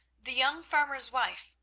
the young farmer's wife,